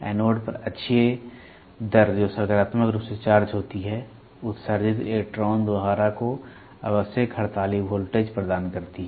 anode पर अक्षीय दर जो सकारात्मक रूप से चार्ज होती है उत्सर्जित इलेक्ट्रॉन धारा को आवश्यक हड़ताली वोल्टेज प्रदान करती है